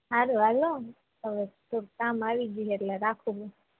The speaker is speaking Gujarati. હારું હાલો હવે થોંળુંક કામ આવી ગ્યું હે એટલે રાખું હું